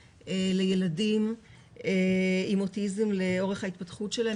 לילדים עם אוטיזם לאורך ההתפתחות שלהם,